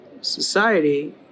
society